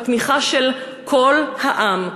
בתמיכה של כל העם,